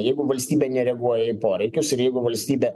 jeigu valstybė nereaguoja į poreikius ir jeigu valstybė